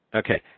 okay